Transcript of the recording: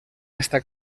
esta